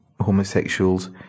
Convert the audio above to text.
homosexuals